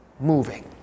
moving